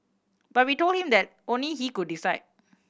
but we told him that only he could decide